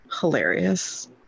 hilarious